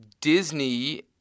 Disney